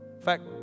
fact